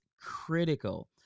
critical